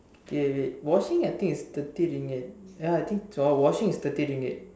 wait wait washing I think it's thirty Ringgit ya I think for washing is thirty Ringgit